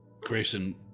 Grayson